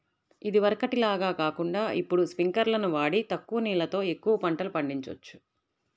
ఇదివరకటి లాగా కాకుండా ఇప్పుడు స్పింకర్లును వాడి తక్కువ నీళ్ళతో ఎక్కువ పంటలు పండిచొచ్చు